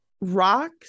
rocks